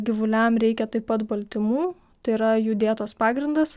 gyvuliam reikia taip pat baltymų tai yra jų dietos pagrindas